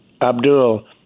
Abdul